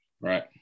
Right